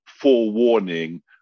forewarning